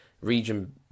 region